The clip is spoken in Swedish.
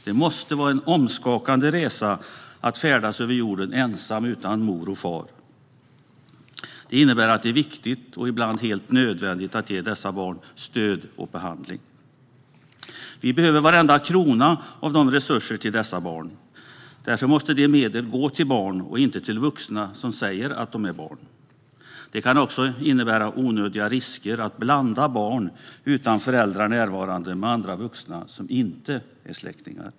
Det måste vara en omskakande resa att färdas över jorden ensam, utan mor eller far. Detta innebär att det är viktigt, och ibland helt nödvändigt, att ge dessa barn stöd och behandling. Vi behöver använda varenda krona av de resurser som finns till dessa barn. Därför måste de medlen gå till barn och inte till vuxna som säger att de är barn. Det kan också innebära onödiga risker att blanda barn, utan föräldrar närvarande, med andra vuxna som inte är släktingar.